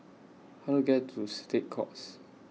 How Do I get to State Courts